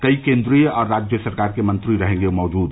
कई केन्द्रीय और राज्य सरकार के मंत्री रहेंगे मौजूद